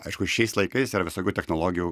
aišku šiais laikais yra visokių technologijų